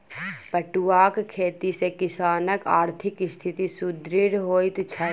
पटुआक खेती सॅ किसानकआर्थिक स्थिति सुदृढ़ होइत छै